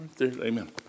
Amen